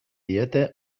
diete